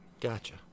Gotcha